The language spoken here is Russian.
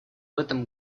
этом